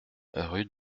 rue